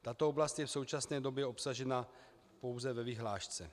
Tato oblast je v současné době obsažena pouze ve vyhlášce.